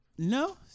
No